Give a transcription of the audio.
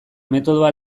metodoa